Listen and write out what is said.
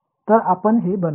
तर आपण हे बनवू